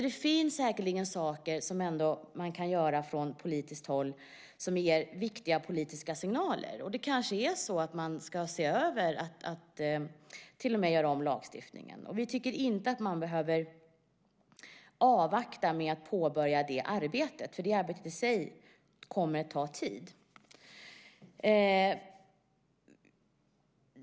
Det finns säkerligen saker som man kan göra från politiskt håll som ger viktiga politiska signaler. Det kanske är så att man ska se över eller till och med göra om lagstiftningen. Vi tycker inte att man behöver avvakta med att påbörja det arbetet. Det arbetet i sig kommer att ta tid.